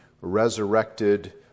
resurrected